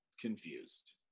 confused